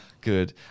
Good